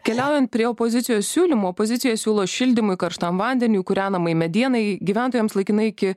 keliaujan prie opozicijos siūlymų pozicija siūlo šildymui karštam vandeniui kūrenamai medienai gyventojams laikinai iki